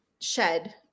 shed